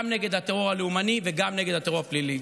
נגד הטרור הלאומני וגם נגד הטרור הפלילי.